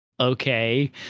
okay